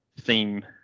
theme